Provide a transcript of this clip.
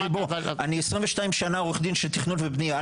אני 22 שנה עורך דין של תכנון ובנייה.